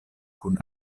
kun